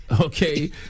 Okay